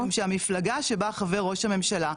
משום שהמפלגה שבה חבר ראש הממשלה,